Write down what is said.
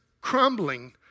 crumbling